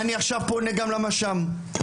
אני פונה למש"מ ואומר,